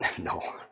No